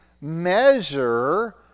measure